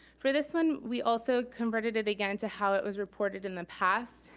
for this one, we also converted it again, to how it was reported in the past,